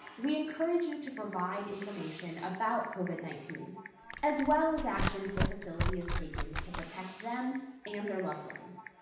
we encourage you to provide information about covid nineteen as well as actions the facility is taking to protect them and their loved ones.